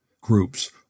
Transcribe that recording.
groups